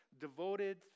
devoted